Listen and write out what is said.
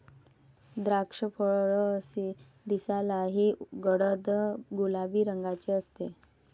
द्राक्षफळ दिसायलाही गडद गुलाबी रंगाचे असते